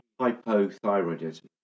hypothyroidism